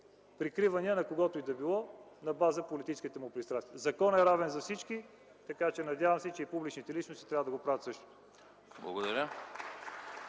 прикривания на когото и да е било на база политическите му пристрастия. Законът е равен за всички. Надявам се, че и публичните личности трябва да правят същото.